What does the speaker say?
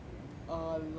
a lot like